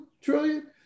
trillion